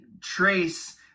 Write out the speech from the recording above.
trace